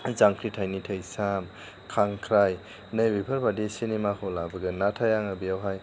जांख्रिथायनि थैसाम ख्रांख्राय नैबेफोर बायदि सिनेमाखौ लाबोगोन नाथाय आङो बेयावहाय